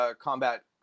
combat